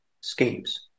schemes